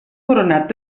coronat